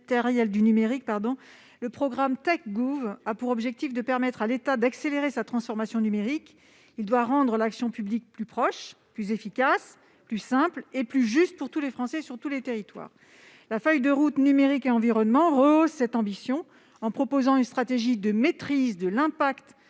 du numérique, le programme Tech.gouv a pour objectif de permettre à l'État d'accélérer sa transformation numérique. Il doit rendre l'action publique plus proche, plus efficace, plus simple et plus juste pour tous les Français, dans tous les territoires. La feuille de route « Numérique et environnement » rehausse cette ambition, en proposant une stratégie de maîtrise de l'impact